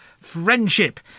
friendship